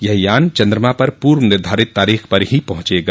ये यान चंद्रमा पर पूर्व निर्धारित तारीख पर ही पहुंचेगा